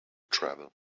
travel